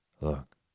Look